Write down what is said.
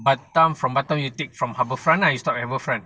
batam from batam you take from harbourfront right you stop at harbourfront